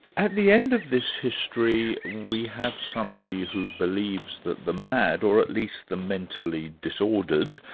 at the end of this history, we have somebody who believes that the mad, or at least the mentally disordered,